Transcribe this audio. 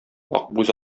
акбүз